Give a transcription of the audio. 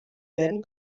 werden